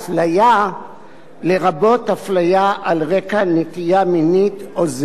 לרבות הפליה על רקע נטייה מינית או זהות מגדר,